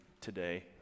today